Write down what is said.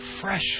fresh